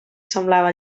semblava